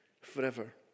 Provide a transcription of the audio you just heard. forever